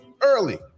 early